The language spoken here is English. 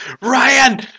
Ryan